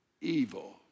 evil